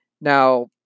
Now